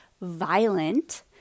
violent